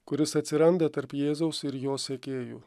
kuris atsiranda tarp jėzaus ir jo sekėjų